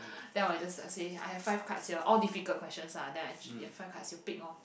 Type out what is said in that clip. then I will just like say I have five cards here all difficult questions ah then I ch~ you have five cards you pick orh